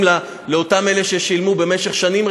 רטרואקטיבית לאותם אלה ששילמו במשך שנים.